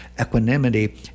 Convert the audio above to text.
equanimity